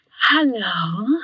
Hello